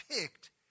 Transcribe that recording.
picked